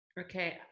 okay